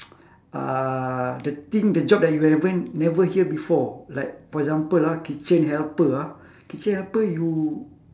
uh the thing the job that you haven't never hear before like for example ah kitchen helper ah kitchen helper you